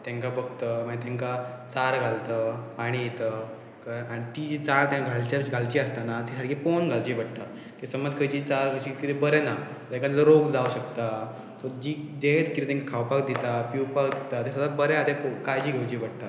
तेंकां बगतत मागीर तेंकां चार घालत पाणी दीत कळ्ळें आनी ती जी चार घाल घालची आसतना ती सारकी पळोवन घालची पडटा की समज खंयची चार कशी कितें बरें ना जाका रोग जावं शकता सो जी जें कितें तेंका खावपाक दिता पिवपाक दिता तें सदांत बरें आहा ते काळजी घेवची पडटा